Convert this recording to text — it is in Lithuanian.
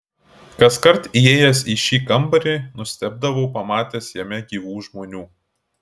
kaskart įėjęs į šį kambarį nustebdavau pamatęs jame gyvų žmonių